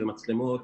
מצלמות,